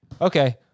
Okay